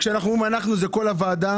כשאנחנו אומרים אנחנו זאת כל הוועדה.